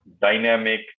dynamic